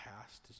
past